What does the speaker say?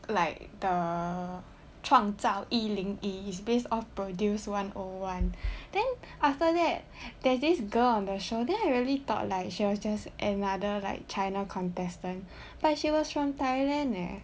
like the 创造一零一 is based off produce one O one then after that there's this girl on the show then I really thought like she was just another like china contestant but she was from Thailand leh